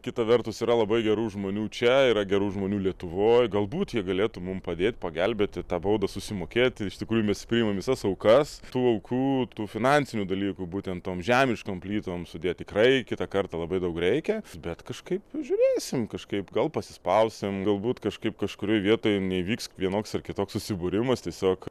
kita vertus yra labai gerų žmonių čia yra gerų žmonių lietuvoj galbūt jie galėtų mum padėt pagelbėti tą baudą susimokėti iš tikrųjų mes priimam visas aukas tų aukų tų finansinių dalykų būtent tom žemiškom plytom sudėti tikrai kitą kartą labai daug reikia bet kažkaip žiūrėsim kažkaip gal pasispausim galbūt kažkaip kažkurioj vietoj neįvyks vienoks ar kitoks susibūrimas tiesiog